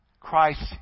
Christ